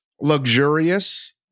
luxurious